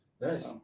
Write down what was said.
Nice